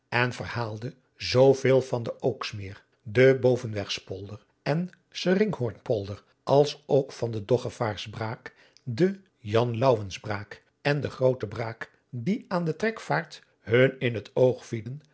en verhaalde zoo veel van de ooksmeer den bovenwegs polder en spieringhorn polder als ook van de doggevaars braak de jan louwens braak en de groote braak die aan de trekvaart hun in het oog vielen